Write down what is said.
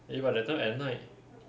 eh but that time at night